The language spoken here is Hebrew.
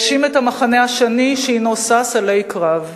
והאשים את המחנה השני שהינו שש אלי קרב.